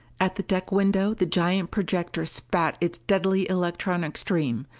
at the deck window the giant projector spat its deadly electronic stream.